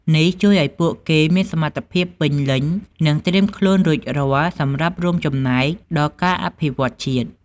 នេះជួយឲ្យពួកគេមានសមត្ថភាពពេញលេញ និងត្រៀមខ្លួនរួចរាល់សម្រាប់រួមចំណែកដល់ការអភិវឌ្ឍជាតិ។